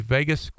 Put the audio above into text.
Vegas